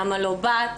למה לא באת,